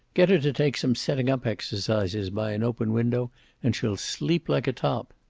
get her to take some setting-up exercises by an open window and she'll sleep like a top.